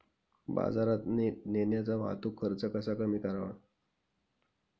बाजारात नेण्याचा वाहतूक खर्च कसा कमी करावा?